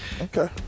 okay